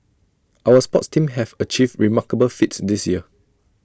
our sports teams have achieved remarkable feats this year